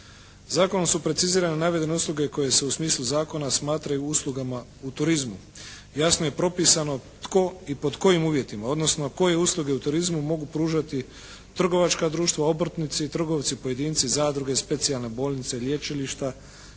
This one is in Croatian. Zakonom su precizirane navedene usluge koje se u smislu zakona smatraju uslugama u turizmu. Jasno je propisano tko i pod kojim uvjetima odnosno koje usluge u turizmu mogu pružati trgovačka društva, obrtnici i trgovci pojedinci, zadruge, specijalne bolnice, lječilišta,